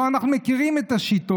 בואו, אנחנו מכירים את השיטות.